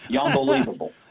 Unbelievable